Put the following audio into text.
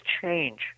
change